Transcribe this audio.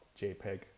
jpeg